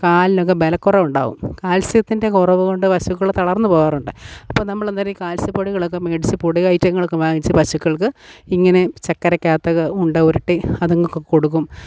കാലിനൊക്കെ ബലക്കുറവുണ്ടാവും കാൽസ്യത്തിൻ്റെ കുറവുകൊണ്ട് പശുക്കള് തളർന്നു പോകാറുണ്ട് അപ്പോള് നമ്മളന്നേരം ഈ കാൽസ്യപ്പൊടികളൊക്കെ മേടിച്ച് പൊടി ഐറ്റങ്ങളൊക്കെ വാങ്ങിച്ച് പശുക്കൾക്ക് ഇങ്ങനെ ചക്കരക്കകത്തൊക്കെ ഉണ്ട ഉരുട്ടി അതുങ്ങള്ക്ക് കൊടുക്കും